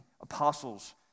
apostles